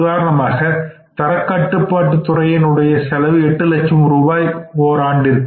உதாரணமாக தரக்கட்டுப்பாட்டு துறையின் உடைய செலவு எட்டு லட்சம் ரூபாய் ஓராண்டுக்கு